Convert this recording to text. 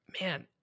man